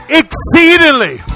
exceedingly